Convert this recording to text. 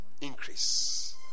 increase